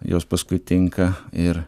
jos paskui tinka ir